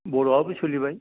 बर'आबो सोलिबाय